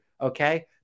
okay